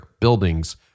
buildings